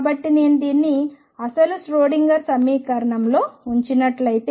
కాబట్టి నేను దీన్ని అసలు ష్రోడింగర్ సమీకరణంలో ఉంచినట్లయితే